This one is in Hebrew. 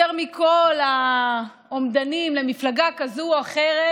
יותר מכל האומדנים למפלגה כזאת או אחרת